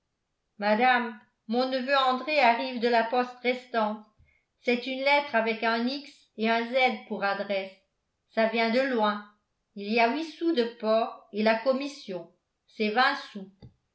madame mon neveu andré arrive de la poste restante c'est une lettre avec un x et un z pour adresse ça vient de loin il y a huit sous de port et la commission c'est vingt sous